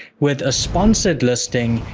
with a sponsored listing,